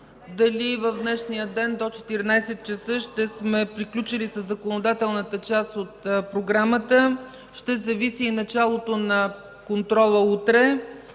дали в днешния ден до 14,00 ч. ще сме приключили със законодателната част от програмата, ще зависи началото на контрола утре.